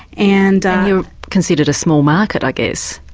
and you're considered a small market, i guess.